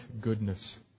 goodness